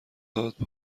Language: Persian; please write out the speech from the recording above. داد